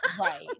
right